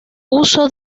uso